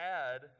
add